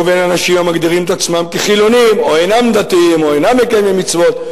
ובין אנשים המגדירים עצמם חילונים או אינם דתיים או אינם מקיימים מצוות.